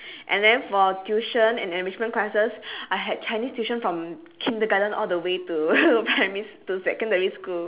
and then for tuition and enrichment classes I had chinese tuition from kindergarten all the way to primary to secondary school